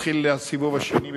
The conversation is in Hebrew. מתחיל הסיבוב השני במצרים.